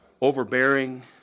overbearing